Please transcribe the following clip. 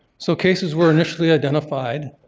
so cases were initially identified